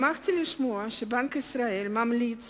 שמחתי לשמוע שבנק ישראל ממליץ